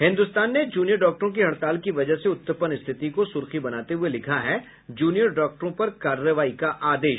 हिन्दुस्तान ने जूनियर डॉक्टरों की हड़ताल की वजह से उत्पन्न स्थिति को सुर्खी बनाते हुये लिखा है जूनियर डॉक्टरों पर कार्रवाई का आदेश